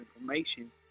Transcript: information